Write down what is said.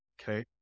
Okay